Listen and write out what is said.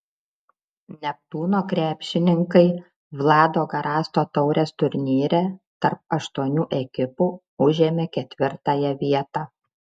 neptūno krepšininkai vlado garasto taurės turnyre tarp aštuonių ekipų užėmė ketvirtąją vietą